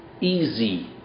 easy